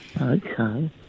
Okay